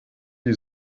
die